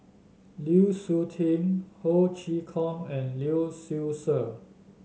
Lu Suitin Ho Chee Kong and Lee Seow Ser